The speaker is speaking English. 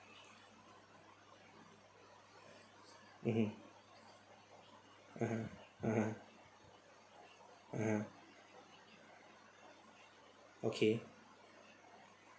mmhmm (uh huh) (uh huh) (uh huh) okay